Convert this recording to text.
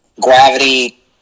gravity